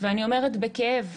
ואני אומרת בכאב,